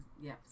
Yes